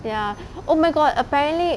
ya oh my god apparently